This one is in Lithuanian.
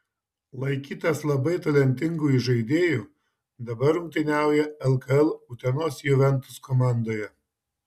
laikytas labai talentingu įžaidėju dabar rungtyniauja lkl utenos juventus komandoje